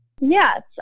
Yes